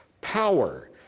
Power